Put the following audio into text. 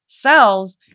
cells